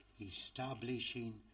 establishing